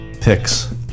picks